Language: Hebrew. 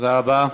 תודה רבה.